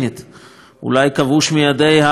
אולי כבוש מידי הירדנים,